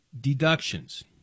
deductions